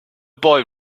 boy